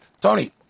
Tony